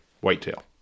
whitetail